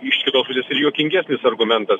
iš kitos pusės ir juokingesnis argumentas